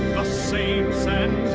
saints' and